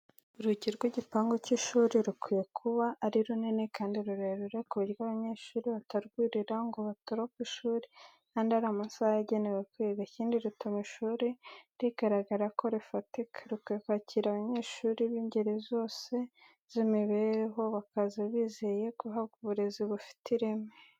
Urugi rw'igipangu cy'ishuri rukwiye kuba ari runini kandi rurerure ku buryo abanyeshuri batarwurira ngo batoroke ishuri kandi ari amasaha yagenewe kwiga, ikindi rutuma ishuri rigaragara ko rifatika, rukwiye kwakira abanyeshuri by' ingeri zose z'imibereho, bakaza bizeye guhabwa uburezi bufite Irene.